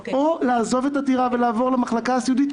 או לעזוב את הדירה ולעבור למחלקה הסיעודית.